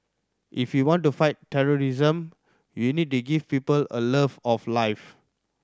if you want to fight terrorism you need to give people a love of life